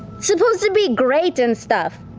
supposed to be great and stuff.